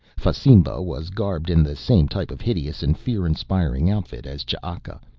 fasimba was garbed in the same type of hideous and fear-inspiring outfit as ch'aka,